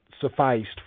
sufficed